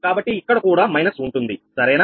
కాబట్టి ఇక్కడ కూడా మైనస్ ఉంటుంది సరేనా